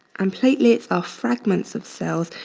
and platelets of fragments of cells,